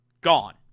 gone